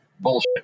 bullshit